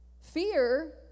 Fear